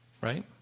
Right